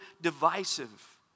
divisive